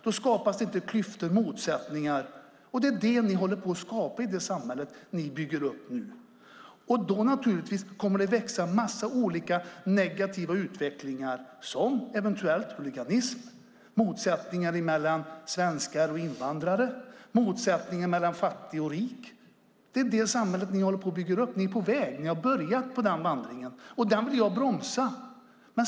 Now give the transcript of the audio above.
Då skapas inte klyftor eller motsättningar, men det är det ni håller på att skapa i det samhälle ni bygger upp nu. Då kommer det naturligtvis att växa en massa olika negativa utvecklingar som, eventuellt, huliganism, motsättningar mellan svenskar och invandrare och motsättningar mellan fattig och rik. Det är det samhället ni är på väg att bygga upp. Ni är på väg. Ni har börjat på den vandringen, och den vill jag bromsa.